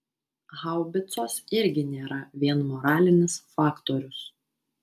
haubicos irgi nėra vien moralinis faktorius